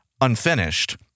unfinished